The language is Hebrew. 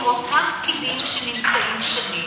עם אותם כלים שנמצאים שנים?